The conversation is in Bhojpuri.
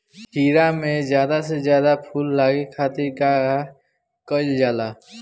खीरा मे ज्यादा से ज्यादा फूल लगे खातीर का कईल जाला?